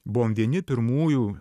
buvom vieni pirmųjų